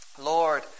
Lord